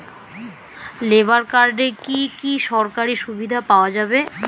Labour কার্ডে কি কি সরকারি সুবিধা পাওয়া যাবে?